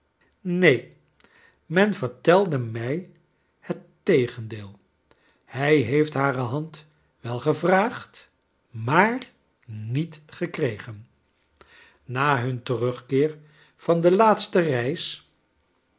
neen men vertelde mij her tegendeel hij heef t hare hand wel gevraagd maar niet gekregen na hun terugkeer van de la atste reis